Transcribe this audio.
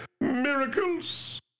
miracles